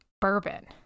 bourbon